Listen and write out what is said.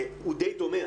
הוא דיי דומה.